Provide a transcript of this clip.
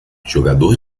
jogador